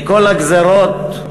מכל הגזירות,